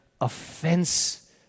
offense